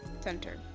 Center